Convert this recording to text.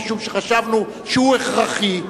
משום שחשבנו שהוא הכרחי,